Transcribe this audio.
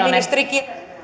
ministeri